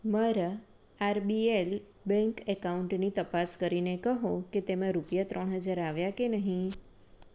મારા RBL bank એકાઉન્ટની તપાસ કરીને કહો કે તેમાં રૂપિયા ત્રણ હજાર આવ્યા કે નહીં